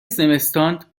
زمستان